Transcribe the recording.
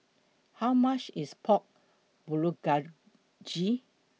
How much IS Pork Bulgogi